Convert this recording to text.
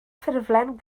ffurflen